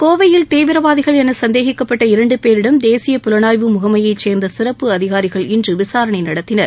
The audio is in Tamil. கோவையில் தீவிரவாதிகள் என சந்தேகிக்கப்பட்ட இரன்டு பேரிடம் தேசிய புலனாய்வு முகமையை சேர்ந்த சிறப்பு அதிகாரிகள் இன்று விசாரணை நடத்தினர்